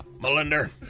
Melinda